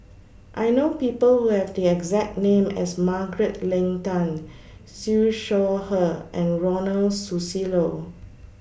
I know People Who Have The exact name as Margaret Leng Tan Siew Shaw Her and Ronald Susilo